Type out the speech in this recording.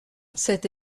cette